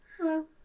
Hello